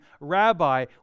Rabbi